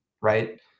right